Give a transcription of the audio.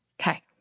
Okay